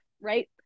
right